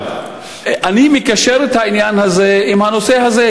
אני מקשר את העניין הזה עם הנושא הזה,